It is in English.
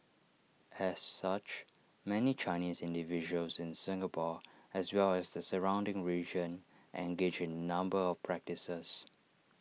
as such many Chinese individuals in Singapore as well as the surrounding region engage in A number of practices